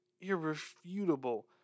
irrefutable